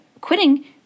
Quitting